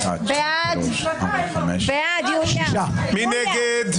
מי נגד?